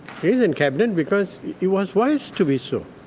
he's in cabinet because he was wise to be so.